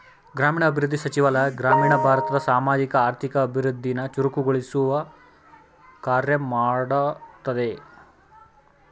ಗ್ರಾಮೀಣಾಭಿವೃದ್ಧಿ ಸಚಿವಾಲಯ ಗ್ರಾಮೀಣ ಭಾರತದ ಸಾಮಾಜಿಕ ಆರ್ಥಿಕ ಅಭಿವೃದ್ಧಿನ ಚುರುಕುಗೊಳಿಸೊ ಕಾರ್ಯ ಮಾಡ್ತದೆ